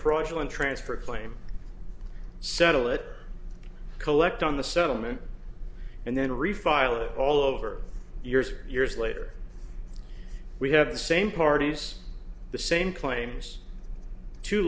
fraudulent transfer claim settle it collect on the settlement and then refile it all over years years later we have the same parties the same claims t